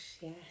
yes